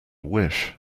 wish